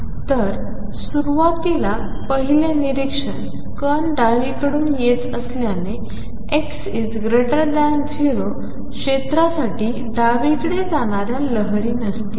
तर सुरुवातीला पहिले निरीक्षण कण डावीकडून येत असल्याने x 0 क्षेत्रासाठी डावीकडे जाणाऱ्या लहरी नसतील